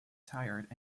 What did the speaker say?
tired